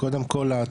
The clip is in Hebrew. קודם כל,